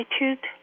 attitude